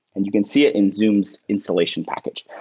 and you can see it in zoom's installation package.